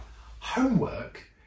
homework